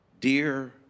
dear